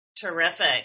Terrific